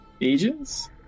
agents